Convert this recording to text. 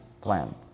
plan